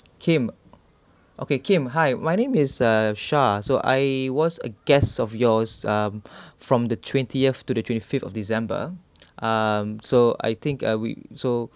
Kim okay Kim hi my name is uh Shah so I was a guest of yours um from the twentieth to the twenty-fifth of december um so I think uh